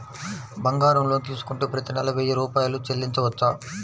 బంగారం లోన్ తీసుకుంటే ప్రతి నెల వెయ్యి రూపాయలు చెల్లించవచ్చా?